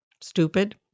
Stupid